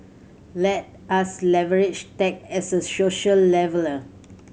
let us leverage tech as a social leveller